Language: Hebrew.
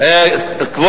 ט"ו